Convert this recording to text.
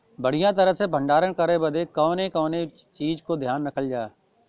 बढ़ियां तरह से भण्डारण करे बदे कवने कवने चीज़ को ध्यान रखल जा?